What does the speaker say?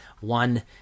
one